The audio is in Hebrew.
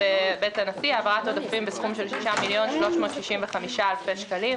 מדובר בהעברת עודפים בסכום של 6,365,000 שקלים,